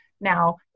now